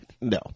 No